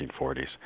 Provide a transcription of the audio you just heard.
1940s